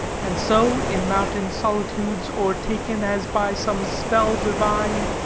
and so in mountain solitudes o'ertaken as by some spell divine,